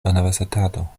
universitato